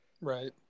Right